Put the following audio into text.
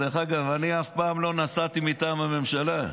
דרך אגב, אף פעם לא נסעתי מטעם הממשלה.